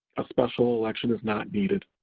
a special election is not needed.